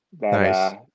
Nice